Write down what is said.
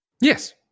Yes